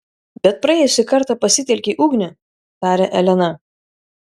bet praėjusį kartą pasitelkei ugnį tarė elena